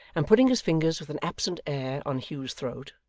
and putting his fingers with an absent air on hugh's throat,